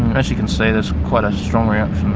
as you can see there's quite a strong